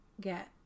get